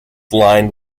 lined